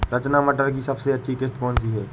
रचना मटर की सबसे अच्छी किश्त कौन सी है?